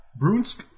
Brunsk